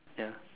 ya